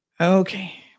Okay